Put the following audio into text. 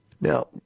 Now